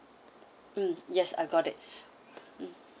mm yes I got it mm